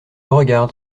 regarde